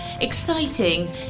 exciting